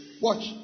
Watch